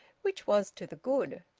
which was to the good.